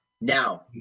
now